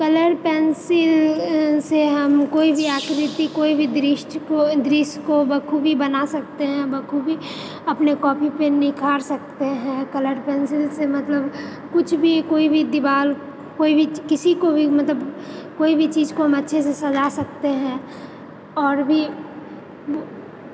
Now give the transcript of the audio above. colour pencil से हम कोइ भी आकृति कोइ भी दृष्ट को दृश्य को बखूबी बना सकते है बखूबी अपने कोपी पे निखार सकते है कलर पेन्सिल से मतलब किछु भी केओ भी दिवाल कोइ भी किसी को भी मतलब केओ भी चीज को हम अच्छे से सजा सकते है आओर भी